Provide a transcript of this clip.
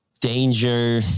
danger